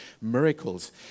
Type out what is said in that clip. miracles